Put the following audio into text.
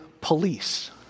police